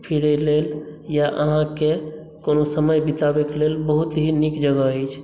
फिरय लेल या अहाँकेँ कोनो समय बिताबैक लेल बहुत ही नीक जगह अछि